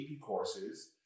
courses